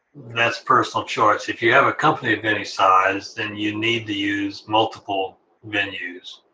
that's personal choice. if you have a company of any size, then you need to use multiple venues.